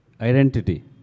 Identity